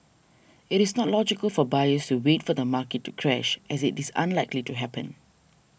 it is not logical for buyers to wait for the market to crash as it is unlikely to happen